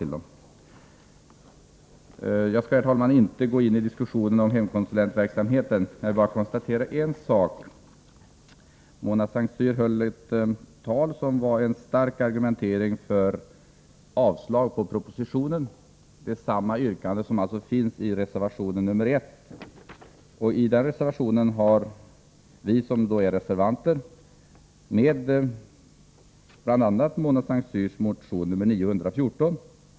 Jag skall, herr talman, inte gå in i diskussionen om hemkonsulentverksamheten — jag vill bara konstatera en sak: Mona Saint Cyrs anförande innehöll en mycket stark argumentering för avslag på propositionen. Yrkande härom finns i reservation nr 1. I den reservationen har vi reservanter tagit med Mona Saint Cyrs motion nr 914.